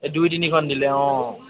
এই দুই তিনিখন দিলে অঁ